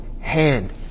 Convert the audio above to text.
hand